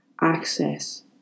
access